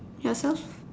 yourself